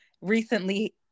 recently